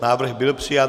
Návrh byl přijat.